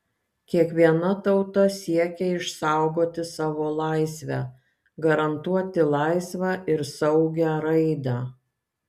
kiekviena tauta siekia išsaugoti savo laisvę garantuoti laisvą ir saugią raidą